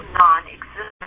non-existent